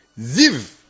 Ziv